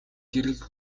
гэрэл